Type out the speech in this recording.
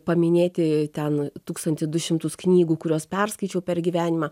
paminėti ten tūkstantį du šimtus knygų kuriuos perskaičiau per gyvenimą